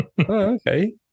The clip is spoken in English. Okay